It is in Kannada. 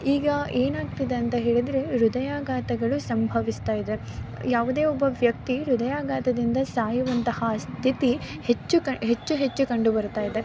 ಈಗ ಏನಾಗ್ತಿದೆ ಅಂತ ಹೇಳಿದರೆ ಹೃದಯಾಘಾತಗಳು ಸಂಭವಿಸ್ತಾಯಿದೆ ಯಾವುದೇ ಒಬ್ಬ ವ್ಯಕ್ತಿ ಹೃದಯಾಘಾತದಿಂದ ಸಾಯುವಂತಹ ಸ್ಥಿತಿ ಹೆಚ್ಚು ಕ ಹೆಚ್ಚು ಹೆಚ್ಚು ಕಂಡು ಬರುತ್ತಾಯಿದೆ